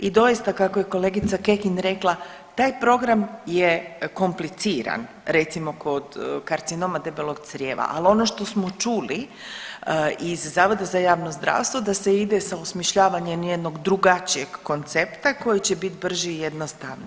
I doista kako je kolegica Kekin rekla, taj program je kompliciran, recimo kod karcinoma debelog crijeva, ali ono što smo čuli iz zavoda za javno zdravstvo da se ide sa osmišljavanjem jednog drugačijeg koncepta koji će biti brži i jednostavniji.